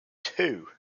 two